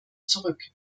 zurück